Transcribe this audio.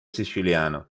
siciliano